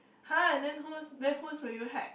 [huh] and then whose then whose will you hack